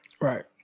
Right